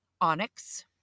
onyx